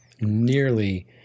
nearly